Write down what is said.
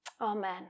Amen